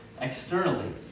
externally